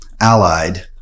allied